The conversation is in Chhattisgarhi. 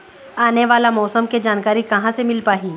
आने वाला मौसम के जानकारी कहां से मिल पाही?